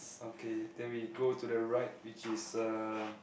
okay then we go to the right which is uh